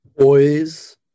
Boys